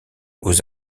aux